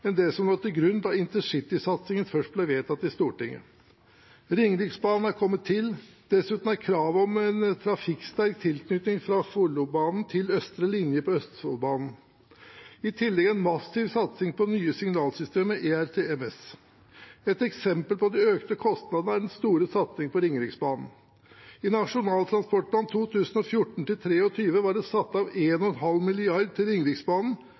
enn det som lå til grunn da intercitysatsingen først ble vedtatt i Stortinget. Ringeriksbanen er kommet til, dessuten kravet om en trafikksterk tilknytning fra Follobanen til østre linje på Østfoldbanen. I tillegg er det en massiv satsing på det nye signalsystemet ERTMS. Et eksempel på de økte kostnadene er den store satsingen på Ringeriksbanen. I Nasjonal transportplan 2014–2023 var det satt av 1,5 mrd. kr til Ringeriksbanen